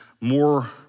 more